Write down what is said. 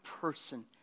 person